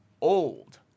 old